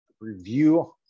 review